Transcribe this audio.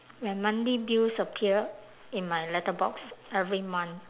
when monthly bills appear in my letterbox every month